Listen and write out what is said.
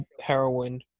Heroin